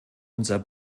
unser